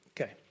Okay